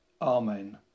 Amen